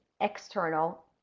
external